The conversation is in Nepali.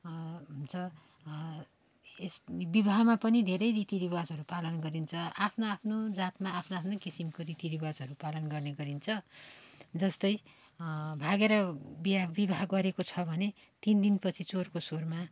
हुन्छ यस विवाहमा पनि धेरै रीतिरिवाजहरू पालन गरिन्छ आफ्नो आफ्नो जातमा आफ्नो आफ्नो किसिमको रीतिरिवाजहरू पालन गर्ने गरिन्छ जस्तै भागेर बिहा विवाह गरेको छ भने तिन दिन पछि चोरको सोरमा